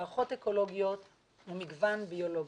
מערכות אקולוגיות ומגוון ביולוגי.